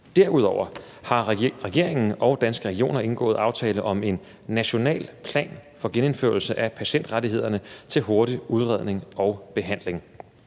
Derudover har regeringen og Danske Regioner indgået aftale om en national plan for genindførelse af patientrettighederne til hurtig udredning og behandling.